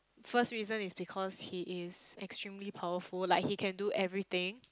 first reason is because he is extremely powerful like he can do everything